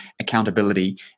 accountability